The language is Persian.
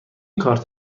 کارت